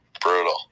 brutal